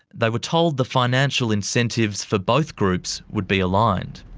they were told the financial incentives for both groups would be aligned.